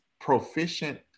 proficient